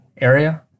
area